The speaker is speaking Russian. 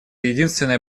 единственное